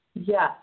Yes